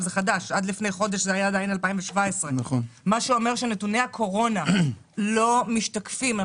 ולפני חודש זה היה עדיין 2017. מה שאומר שנתוני הקורונה לא משתקפים פה,